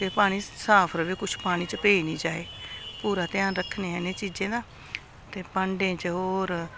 ते पानी साफ रवै कुछ पानी च पेई निं जाए पूरा ध्यान रक्खने आं इ'नें चीजें दा ते भांडें च होर